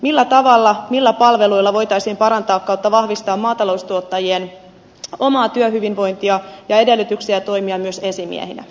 millä tavalla millä palveluilla voitaisiin parantaa tai vahvistaa maataloustuottajien omaa työhyvinvointia ja edellytyksiä toimia myös esimiehinä